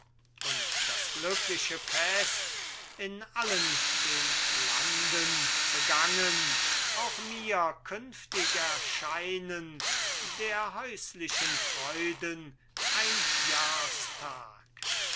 und das glückliche fest in allen den landen begangen auch mir künftig erscheinen der häuslichen freuden ein jahrstag